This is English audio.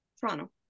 Toronto